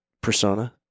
persona